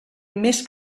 més